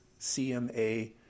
CMA